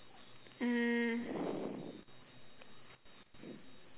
mm